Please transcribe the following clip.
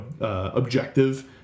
objective